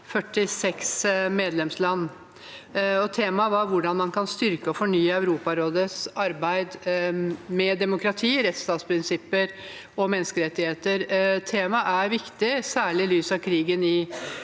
46 medlemslandene. Temaet var hvordan man kan styrke og fornye Europarådets arbeidet med demokrati, rettsstatsprinsipper og menneskerettigheter. Temaet er viktig, særlig i lys av krigen i